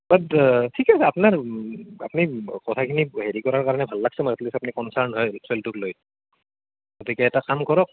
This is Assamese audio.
ৱাট ঠিকে আছে আপোনাৰ আপুনি কথাখিনি হেৰি কৰাৰ কাৰণে ভাল লাগছি এট লিষ্ট আপুনি কনচাৰ্ণ হয় ল'ৰা ছোৱালীটোক লৈ গতিকে এটা কাম কৰক